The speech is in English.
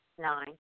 Nine